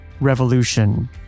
revolution